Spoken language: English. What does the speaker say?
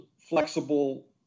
flexible